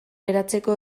geratzeko